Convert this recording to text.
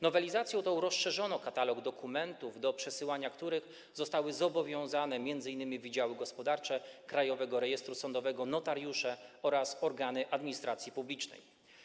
Nowelizacją tą rozszerzono katalog dokumentów, do przesyłania których zostali zobowiązani m.in. wydziały gospodarcze Krajowego Rejestru Sądowego, notariusze oraz organy administracji publicznej.